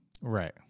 Right